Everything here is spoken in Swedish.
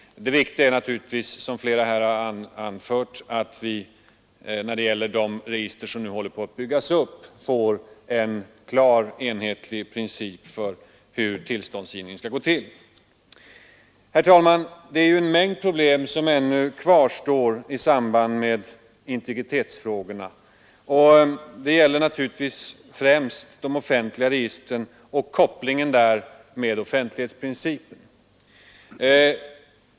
Som flera talare anfört är det viktigaste att vi för de register som nu håller på att byggas upp får en klar och enhetlig princip för hur tillståndsgivningen skall gå till. Ännu kvarstår emellertid en mängd problem i samband med integritetsfrågorna. Det gäller främst om de offentliga registren och kopplingen där med offentlighetsprincipen.